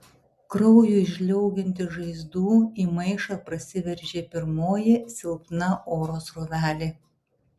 kraujui žliaugiant iš žaizdų į maišą prasiveržė pirmoji silpna oro srovelė